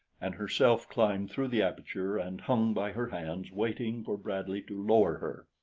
and herself climbed through the aperture and hung by her hands waiting for bradley to lower her.